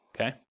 okay